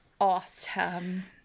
awesome